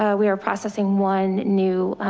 ah we are processing one new,